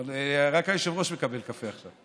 אבל רק היושב-ראש מקבל קפה עכשיו.